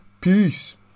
Peace